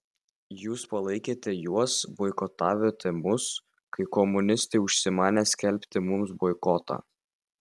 jūs palaikėte juos boikotavote mus kai komunistai užsimanė skelbti mums boikotą